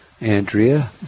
Andrea